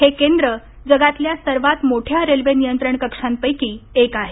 हे केंद्र जगातल्या सर्वात मोठ्या रेल्वे नियंत्रण कक्षांपैकी एक आहे